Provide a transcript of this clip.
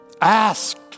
asked